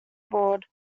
board